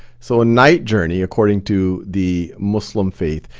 so a night journey according to the muslim faith,